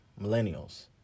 millennials